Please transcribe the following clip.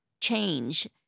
change